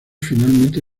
finalmente